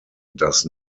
does